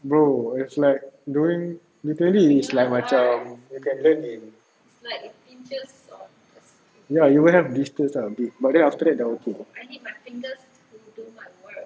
bro it's like doing ukulele is like macam you can learn in ya you will have blisters a bit but then after that dah okay